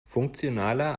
funktionaler